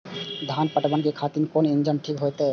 धान पटवन के खातिर कोन इंजन ठीक होते?